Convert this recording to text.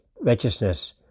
righteousness